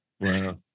Wow